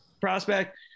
prospect